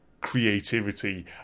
creativity